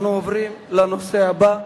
אנחנו עוברים לנושא הבא,